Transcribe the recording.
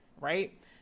right